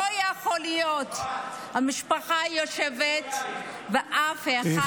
לא יכול להיות, המשפחה יושבת ואף אחד לא היה.